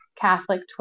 Catholic